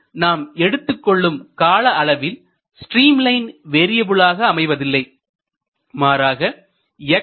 எனவே நாம் எடுத்துக்கொள்ளும் கால அளவில் ஸ்ட்ரீம் லைன் வேரியபிலாக அமைவதில்லை மாறாக x